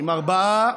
עם ארבעה